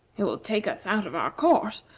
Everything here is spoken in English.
it will take us out of our course,